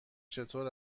چطور